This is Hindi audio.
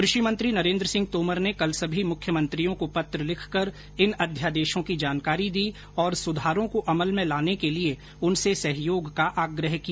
कृषि मंत्री नरेन्द्र सिंह तोमर ने कल सभी मुख्यमंत्रियों का पत्र लिखकर इन अध्यादेशों की जानकारी दी और सुधारों को अमल में लाने के लिये उनसे सहयोग का आग्रह किया